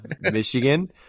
Michigan